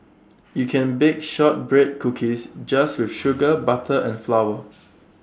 you can bake Shortbread Cookies just with sugar butter and flour